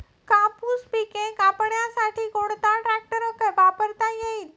कापूस पिके कापण्यासाठी कोणता ट्रॅक्टर वापरता येईल?